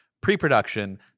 pre-production